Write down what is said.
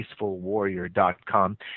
peacefulwarrior.com